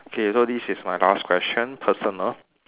okay so this is my last question personal